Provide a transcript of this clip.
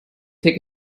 take